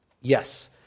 yes